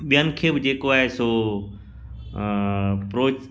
ॿियनि खे बि जेको आहे सो प्रोत